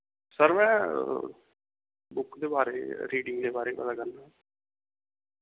sir में book दे बारे च रीडिंग दे बारे ई पता करना हा